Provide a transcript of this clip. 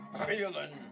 feeling